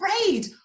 Afraid